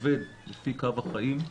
עובד לפי קו החיים,